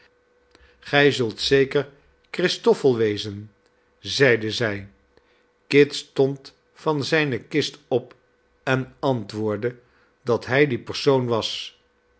gij zult zeker christoffel wezen zeide zij kit stond van zijne kist op en antwoordde dat hij die persoon was